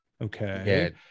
Okay